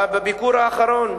בביקור האחרון,